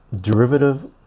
derivative